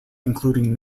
including